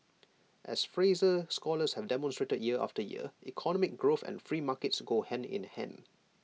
as Fraser scholars have demonstrated year after year economic growth and free markets go hand in hand